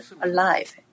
alive